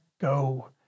go